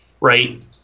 right